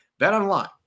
BetOnline